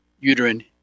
uterine